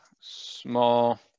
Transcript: small